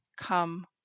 come